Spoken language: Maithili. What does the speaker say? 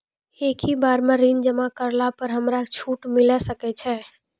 एक ही बार ऋण जमा करला पर हमरा छूट मिले सकय छै?